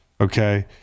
okay